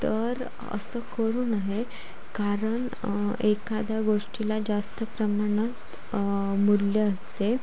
तर असं करू नये कारण एखाद्या गोष्टीला जास्त प्रमाणात मूल्य असते